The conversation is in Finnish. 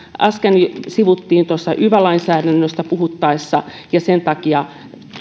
äsken sivuttiin yva lainsäädännöstä puhuttaessa ja sen takia